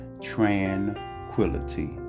tranquility